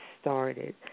started